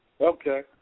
Okay